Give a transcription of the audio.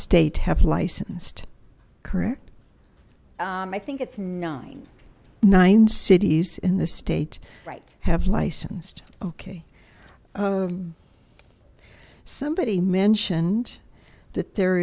state have licensed correct i think it's nine nine cities in the state right have licensed okay somebody mentioned that there